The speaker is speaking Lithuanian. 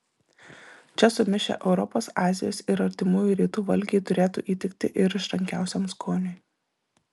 čia sumišę europos azijos ir artimųjų rytų valgiai turėtų įtikti ir išrankiausiam skoniui